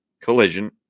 collision